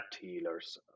healers